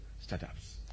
startups